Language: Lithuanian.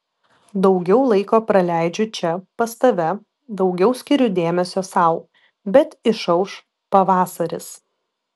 daugiau laiko praleidžiu čia pas tave daugiau skiriu dėmesio sau bet išauš pavasaris